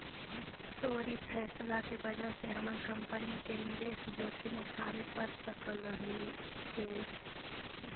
तोर ई फैसला के वजह से हमर कंपनी के निवेश जोखिम उठाबे पड़ सकलई हे